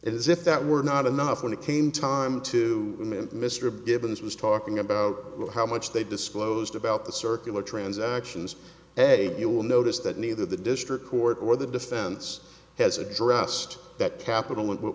as if that were not enough when it came time to meet mr givens was talking about how much they disclosed about the circular transactions hey you will notice that neither the district court or the defense has addressed that capital in what